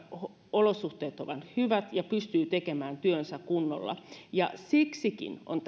olosuhteet ovat hyvät ja pystyy tekemään työnsä kunnolla ja siksikin on